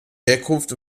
herkunft